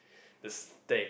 the steak